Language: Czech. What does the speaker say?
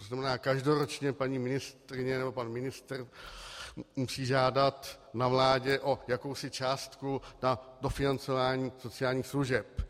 To znamená, každoročně paní ministryně nebo pan ministr musí žádat na vládě o jakousi částku na dofinancování sociálních služeb.